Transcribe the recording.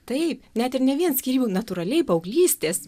taip net ir ne vien skyrybų natūraliai paauglystės